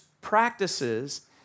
practices